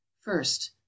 first